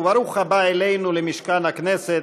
וברוך הבא אלינו למשכן הכנסת,